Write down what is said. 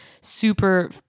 super